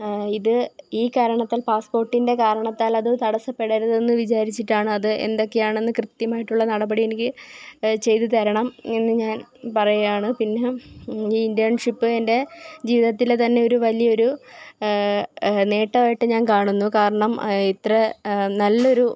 ഇത് ഈ കാരണത്താൽ പാസ്പോർട്ടിൻ്റെ കാരണത്താൽ അത് തടസ്സപ്പെടരുതെന്ന് വിചാരിച്ചിട്ടാണ് അത് എന്തൊക്കെയാണെന്ന് കൃത്യമായിട്ടുള്ള നടപടി എനിക്ക് ചെയ്ത് തരണം എന്ന് ഞാൻ പറയുകയാണ് പിന്നെ ഈ ഇൻറേൺഷിപ്പ് എൻ്റെ ജീവിതത്തിലെ തന്നെ ഒരു വലിയൊരു നേട്ടമായിട്ട് ഞാൻ കാണുന്നു കാരണം ഇത്ര നല്ലൊരു